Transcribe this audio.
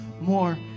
More